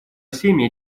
всеми